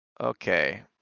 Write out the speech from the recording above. Okay